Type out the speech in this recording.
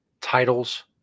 titles